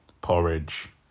porridge